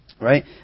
Right